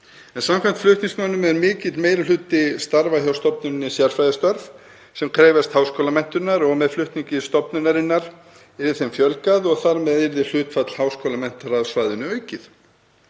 en samkvæmt flutningsmönnum er mikill meiri hluti starfa hjá stofnuninni sérfræðistörf sem krefjast háskólamenntunar og með flutningi stofnunarinnar yrði þeim fjölgað og þar með yrði hlutfall háskólamenntaðra af svæðinu aukið.